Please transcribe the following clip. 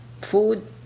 food